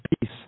peace